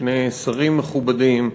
שני שרים מכובדים,